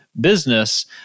business